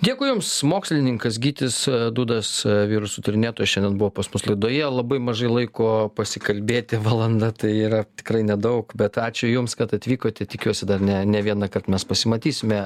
dėkui jums mokslininkas gytis dudas virusų tyrinėtojas šiandien buvo pas mus laidoje labai mažai laiko pasikalbėti valanda tai yra tikrai nedaug bet ačiū jums kad atvykote tikiuosi dar ne ne vienąkart mes pasimatysime